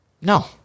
No